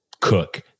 cook